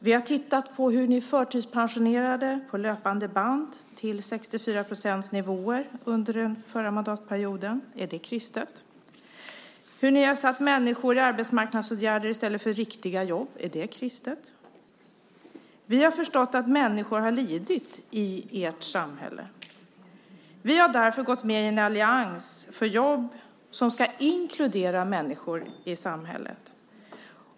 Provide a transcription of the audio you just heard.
Vi har tittat på hur ni under den förra mandatperioden förtidspensionerade människor på löpande band där ersättningen låg på 64-procentsnivån. Är det kristet? Ni har placerat människor i arbetsmarknadsåtgärder i stället för att ge dem riktiga jobb. Är det kristet? Vi har förstått att människor har lidit i ert samhälle. Vi har därför gått med i en allians för jobb som ska inkludera människor i samhället.